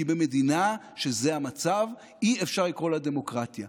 כי למדינה שבה זה המצב אי-אפשר לקרוא דמוקרטיה.